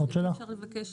האם אפשר לבקש